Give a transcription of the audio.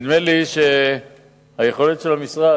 נדמה לי שהיכולת של המשרד